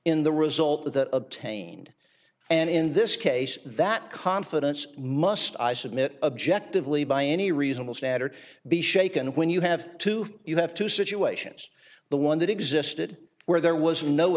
in the result that obtained and in this case that confidence must i submit objectively by any reasonable standard be shaken when you have two you have two situations the one that existed where there was no